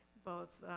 both